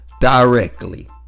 directly